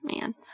man